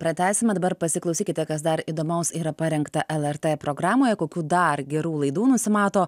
pratęsime dabar pasiklausykite kas dar įdomaus yra parengta lrt programoje kokių dar gerų laidų nusimato